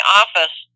office